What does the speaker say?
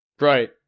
Right